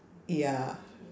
ya